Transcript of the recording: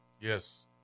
Yes